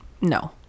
no